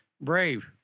Brave